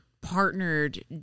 partnered